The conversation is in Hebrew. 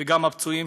וגם הפצועים,